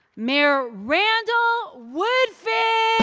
mayor randall woodfin